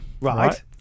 Right